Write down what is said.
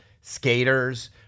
skaters